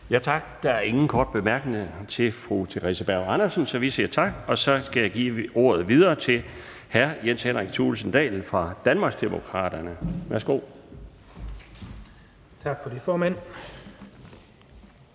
Laustsen): Der er ingen korte bemærkninger til fru Theresa Berg Andersen, så vi siger tak. Og så skal jeg give ordet videre til hr. Jens Henrik Thulesen Dahl fra Danmarksdemokraterne. Værsgo. Kl.